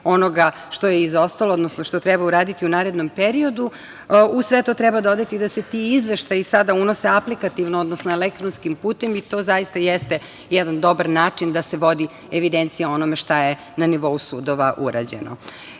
onoga što je izostalo, odnosno što treba uraditi u narednom periodu. Uz sve to, treba dodati da se ti izveštaji sada unose aplikativno, odnosno elektronskim putem i to zaista jeste jedan dobar način da se vodi evidencija o onome šta je na nivou sudova urađeno. Interne